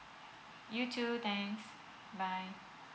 you too thanks you bye